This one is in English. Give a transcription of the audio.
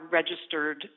registered